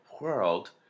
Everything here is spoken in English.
World